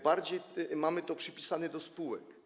Bardziej mamy to przypisane do spółek.